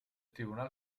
tribunal